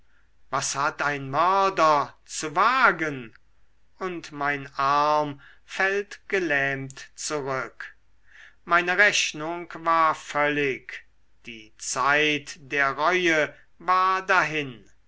was hat ein mörder zu wagen und mein arm fällt gelähmt zurück meine rechnung war völlig die zeit der reue war dahin